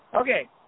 Okay